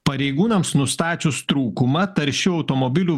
pareigūnams nustačius trūkumą taršių automobilių